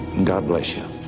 and god bless you.